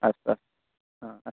अस्तु अस् हा अस्तु